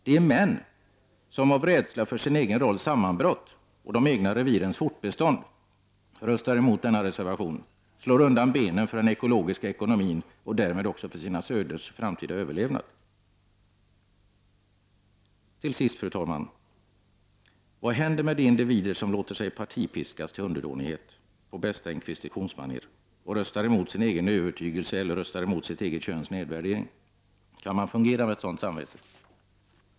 De män som — av rädsla för sin egen rolls sammanbrott och de egna revirens fortbestånd — röstar emot denna reservation slår undan benen för den ekologiska ekonomin och därmed också för sina söners framtida överlevnad. Till sist, fru talman! Vad händer med de individer som låter sig partipiskas till underdånighet — på bästa inkvisationsmanér — och röstar emot sin egen övertygelse eller röstar för sitt eget köns nedvärdering? Kan man fungera med ett sådant samvete?